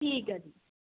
ਠੀਕ ਐ ਜੀ